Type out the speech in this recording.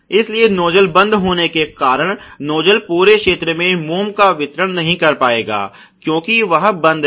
इसलिए नोज्जल बंद होने के कारण नोज्जल पूरे क्षेत्र में मोम का वितरण नहीं कर पाएगा क्यूंकि वह बंद है